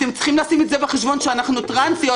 אתם צריכים להביא בחשבון שאנחנו טרנסיות,